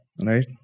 Right